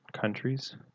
countries